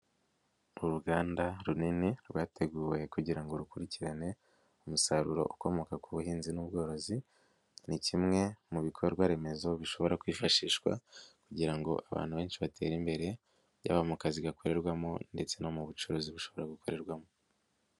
Uruganda runini rwateguwe kugira ngo rukurikirane umusaruro ukomoka ku buhinzi n'ubworozi ni kimwe mu bikorwa remezo bishobora kwifashishwa kugira ngo abantu benshi batere imbere byaba mu kazi gakorerwamo ndetse no mu bucuruzi bushobora gukorerwamo.